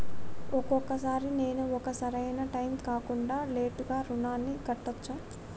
ఒక్కొక సారి నేను ఒక సరైనా టైంలో కాకుండా లేటుగా రుణాన్ని కట్టచ్చా?